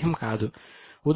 సంస్థ A లో